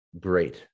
great